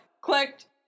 clicked